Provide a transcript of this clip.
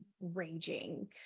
raging